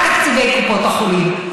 גם תקציבי קופות החולים.